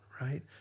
right